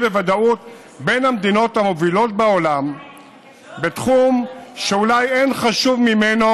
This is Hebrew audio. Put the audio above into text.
בוודאות בין המדינות המובילות בעולם בתחום שאולי אין חשוב ממנו,